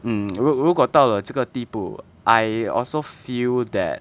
mm 如如果到了这个地步 I also feel that